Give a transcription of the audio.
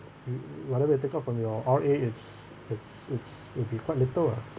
mm whatever you take out from your R_A is it's it's will be quite little ah